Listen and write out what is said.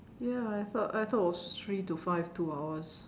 ya I thought I thought it was three to five two hours